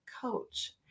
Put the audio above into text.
coach